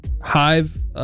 Hive